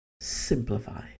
Simplify